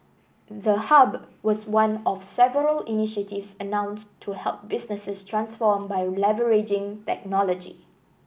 the hub was one of several initiatives announced to help businesses transform by leveraging technology